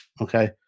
okay